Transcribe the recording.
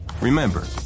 Remember